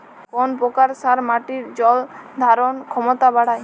কোন প্রকার সার মাটির জল ধারণ ক্ষমতা বাড়ায়?